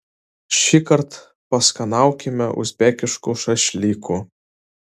šįkart paskanaukime uzbekiškų šašlykų